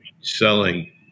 selling